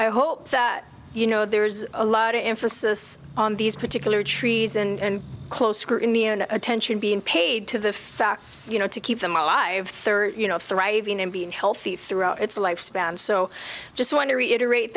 i hope that you know there's a lot of emphasis on these particular trees and close scrutiny and attention being paid to the fact you know to keep them alive thirty you know thriving and being healthy throughout its lifespan so i just want to reiterate